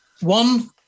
One